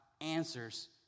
answers